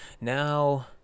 Now